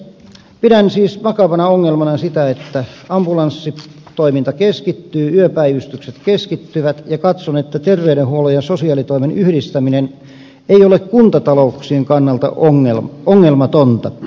pidän siis vakavana ongelmana sitä että ambulanssitoiminta keskittyy yöpäivystykset keskittyvät ja katson että terveydenhuollon ja sosiaalitoimen yhdistäminen ei ole kuntatalouksien kannalta ongelmatonta